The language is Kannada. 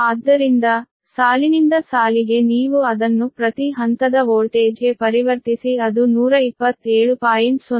ಆದ್ದರಿಂದ ಸಾಲಿನಿಂದ ಸಾಲಿಗೆ ನೀವು ಅದನ್ನು ಪ್ರತಿ ಹಂತದ ವೋಲ್ಟೇಜ್ಗೆ ಪರಿವರ್ತಿಸಿ ಅದು 127